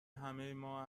همهما